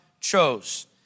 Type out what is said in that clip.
chose